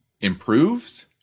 improved